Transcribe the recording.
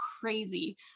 crazy